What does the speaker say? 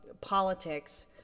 politics